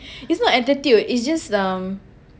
it's not attitude it's just um